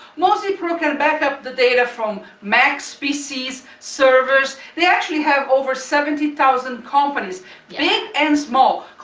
mozypro can backup the data from macs, pc servers. they actually have over seventy thousand companies. yeah big and small.